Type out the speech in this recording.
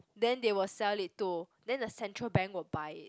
then they will sell it to then the Central Bank will buy it